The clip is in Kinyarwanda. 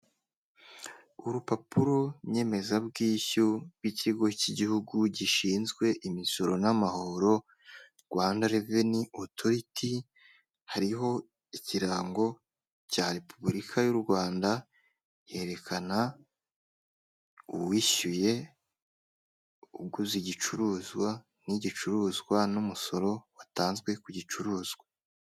Urupapuro nyemezabwishyu rw'ikigo cy'igihugu gishinzwe imisoro n'amahoro, Rwanda reveni otoriti, hariho ikirango cya repubulika y'u Rwanda, yerekana uwishyuye uguze igicuruzwa n'igicuruzwa n'umusoro watanzwe ku gicuruzwa.